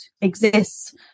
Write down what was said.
exists